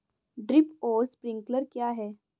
Drip और sprinkler क्या हैं?